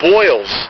Boils